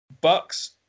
Bucks